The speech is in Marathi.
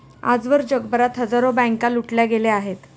आजवर जगभरात हजारो बँका लुटल्या गेल्या आहेत